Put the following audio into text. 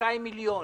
ו-150 מיליון